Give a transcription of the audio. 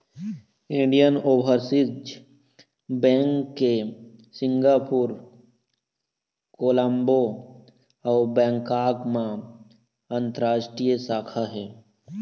Indian Overseas bank के Singapore, Colombo अउ Bangkok म अंतररास्टीय शाखा हे